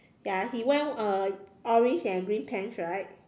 ya he wear uh orange and green pants right